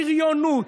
בריונות,